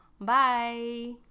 bye